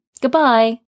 Goodbye